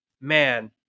man